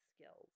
skills